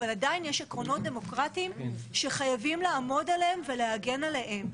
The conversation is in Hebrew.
אבל עדיין יש עקרונות דמוקרטיים שחייבים לעמוד עליהם ולהגן עליהם.